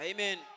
Amen